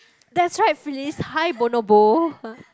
that's right please high bonobo